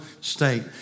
state